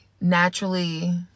naturally